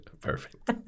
Perfect